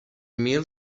mil